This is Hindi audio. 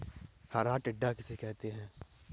हरा टिड्डा किसे कहते हैं?